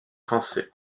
français